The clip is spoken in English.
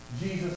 Jesus